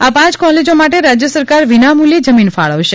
આ પ કોલેજો માટે રાજય સરકાર વિનામૂલ્યે જમીન ફાળવશે